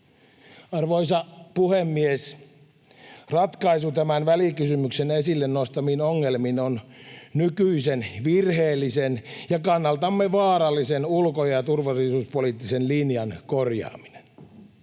Arvoisa puhemies! Ratkaisu tämän välikysymyksen esille nostamiin ongelmiin on nykyisen virheellisen ja kannaltamme vaarallisen ulko- ja turvallisuuspoliittisen linjan korjaaminen.